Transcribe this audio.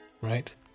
Right